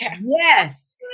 Yes